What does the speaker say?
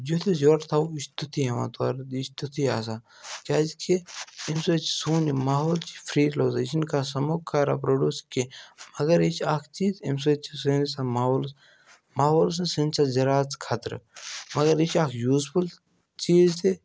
یُتھ أسۍ یورٕ تہِ تھاوَو یہِ چھُ تِتھُے یِوان تورٕ یہِ چھِ تِتھُے آسان کیٛازِکہِ اَمہِ سۭتۍ چھُ سون یہِ ماحول چھُ یہِ فرٛی روزان یہِ چھُ نہٕ کانٛہہ سُموک کَران پرٛوڈوٗس کیٚنٛہہ مگر یہِ چھِ اَکھ چیٖز اَمہِ سۭتۍ چھُ سٲنِس ماحولَس ماحولَس منٛز سٲنِس چھا ذِراعتس خطرٕ مگر یہِ چھِ اَکھ یوٗزفُل چیٖز تہِ